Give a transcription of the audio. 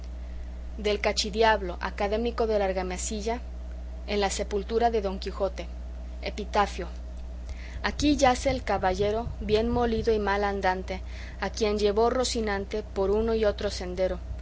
del cachidiablo académico de la argamasilla en la sepultura de don quijote epitafio aquí yace el caballero bien molido y mal andante a quien llevó rocinante por uno y otro sendero